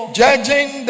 judging